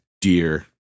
dear